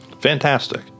Fantastic